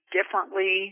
differently